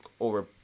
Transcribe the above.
Over